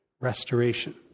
restoration